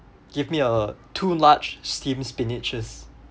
give me uh two large steam spinaches